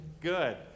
Good